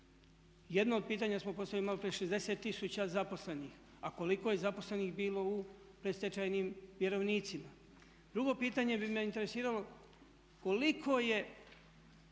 Jedno od pitanja smo postavili malo prije 60 000 zaposlenih, a koliko je zaposlenih bilo u predstečajnim vjerovnicima. Drugo pitanje bi me interesiralo koliko je